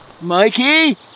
Mikey